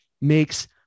makes